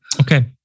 Okay